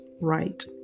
right